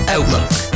Outlook